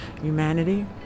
humanity